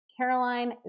Caroline